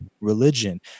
religion